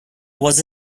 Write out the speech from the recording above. was